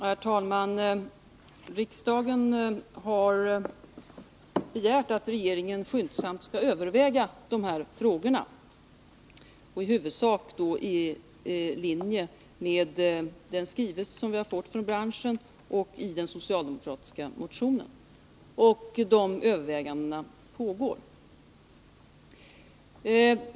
Herr talman! Riksdagen har begärt att regeringen skyndsamt skall överväga de här frågorna, i huvudsak i linje med den skrivelse som jag har fått från branschen och vad som anges i den socialdemokratiska motionen. De övervägandena pågår.